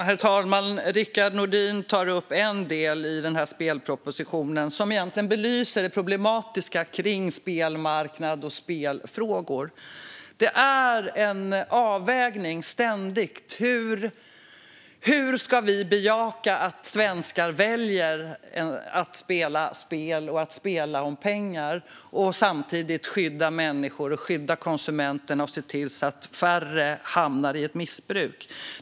Herr talman! Rickard Nordin tar upp en del i spelpropositionen som egentligen belyser det problematiska kring spelmarknad och spelfrågor. Det är ständigt en avvägning. Hur ska vi bejaka att svenskar väljer att spela spel och att spela om pengar samtidigt som vi skyddar människor och konsumenter för att se till att färre hamnar i ett missbruk?